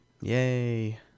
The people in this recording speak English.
Yay